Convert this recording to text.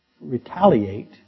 retaliate